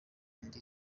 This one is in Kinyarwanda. ndi